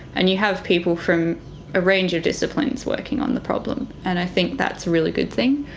and you have people from a range of disciplines working on the problem and i think that's a really good thing.